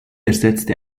ersetzte